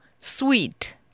Sweet